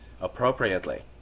appropriately